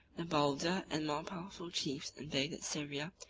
the bolder and more powerful chiefs invaded syria,